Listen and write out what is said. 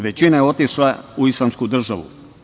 Većina je otišla u islamsku državu.